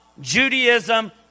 Judaism